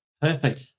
perfect